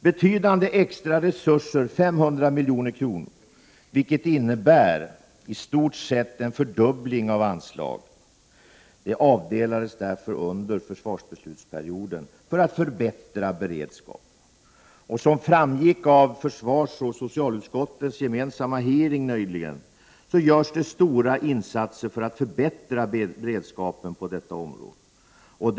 Betydande extra resurser — 500 milj.kr., vilket innebär i stort sett en fördubbling av anslagen — avdelades därför under försvarsbeslutsperioden för att förbättra beredskapen. Som framgick av försvarsoch socialutskottens gemensamma hearing nyligen görs det stora insatser för att förbättra beredskapen på detta område.